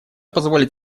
позволит